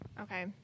Okay